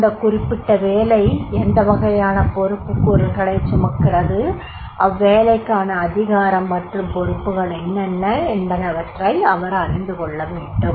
அந்த குறிப்பிட்ட வேலை எந்த வகையான பொறுப்புக்கூறல்களைச் சுமக்கிறது அவ்வேலைக்கான அதிகாரம மற்றும் பொறுப்புகள் என்னென்ன என்பவற்றை அவர் அறிந்துகொள்ளவேண்டும்